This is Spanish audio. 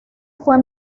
fue